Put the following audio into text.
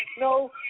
no